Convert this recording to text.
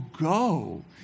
go